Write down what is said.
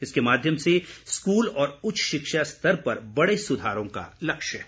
इसके माध्यम से स्कूल और उच्च शिक्षा स्तर पर बड़े सुधारों का लक्ष्य है